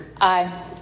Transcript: Aye